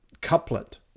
couplet